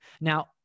now